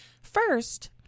first